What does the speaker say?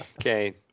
Okay